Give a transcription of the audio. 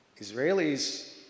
Israelis